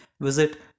visit